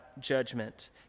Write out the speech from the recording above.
judgment